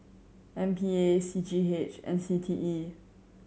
M P A C G H and C T E